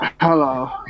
Hello